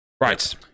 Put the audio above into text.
right